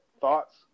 thoughts